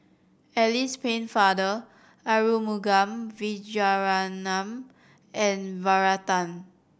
Alice Pennefather Arumugam Vijiaratnam and Varathan